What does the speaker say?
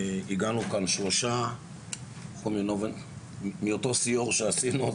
הגענו כאן שלושה מאותו סיור שעשינו,